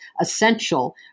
essential